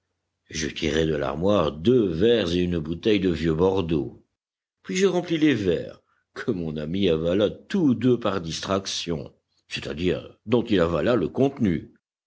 je tirai de l'armoire deux verres et une bouteille de vieux bordeaux puis je remplis les verres que mon ami avala tous deux par distraction c'est-à-dire dont il avala le contenu